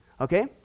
okay